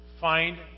Find